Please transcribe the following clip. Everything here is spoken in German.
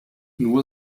nur